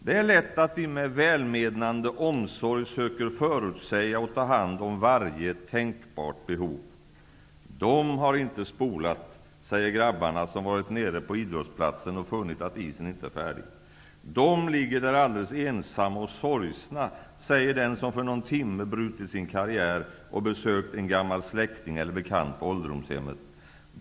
Det är lätt att vi med välmenande omsorg söker förutsäga och ta hand om varje tänkbart behov. ''Dom har inte spolat'', säger grabbarna som varit nere på idrottsplatsen och funnit att isen inte är färdig. ''Dom ligger där alldeles ensamma och sorgsna'', säger den som för någon timme brutit sin karriär och besökt en gammal släkting eller bekant på ålderdomshemmet.